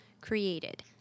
created